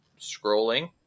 Scrolling